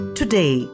today